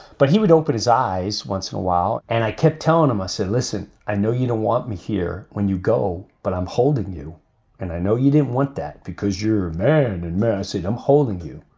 but he would open his eyes once in a while. and i kept telling him, i said, listen, i know you don't want me here when you go, but i'm holding you and i know you didn't want that because you're mad and mercy i'm holding you.